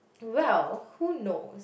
well who knows